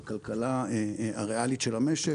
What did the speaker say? בכלכלה הריאלית של המשק.